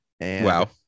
Wow